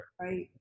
right